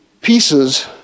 pieces